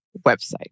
website